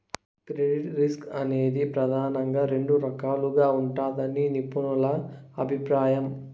credit risk అనేది ప్రెదానంగా రెండు రకాలుగా ఉంటదని నిపుణుల అభిప్రాయం